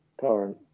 Power